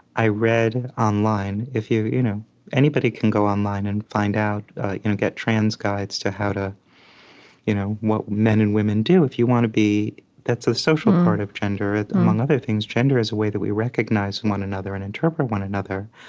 i read online if you you know anybody can go online and find out get trans guides to how to you know what men and women do if you want to be that's a social part of gender. among other things, gender is a way that we recognize one another and interpret one another.